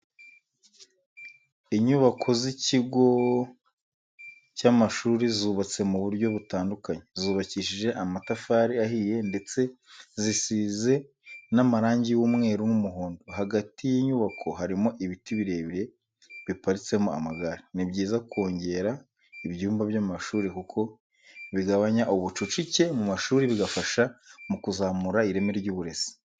Inyubako z'ikigo y'amashuri zubatse mu buryo butandukanye, zubakishije amatafari ahiye ndetse zisize n'amarangi y'umweru n'umuhondo, hagati y'inyubako harimo ibiti birebire biparitsemo amagare. Ni byiza kongera ibyumba by'amashuri kuko bigabanya ubucucike mu mashuri bigafasha mu kuzamura ireme ry'uburezi.